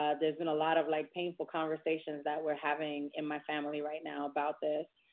ah there's been a lot of, like, painful conversations that we're having in my family right now about this,